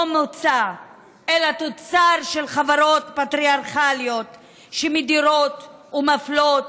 מוצא אלא תוצר של חברות פטריארכליות שמדירות ומפלות,